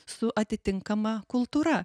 su atitinkama kultūra